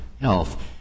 health